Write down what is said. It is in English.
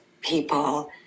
people